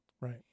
right